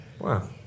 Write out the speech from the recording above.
wow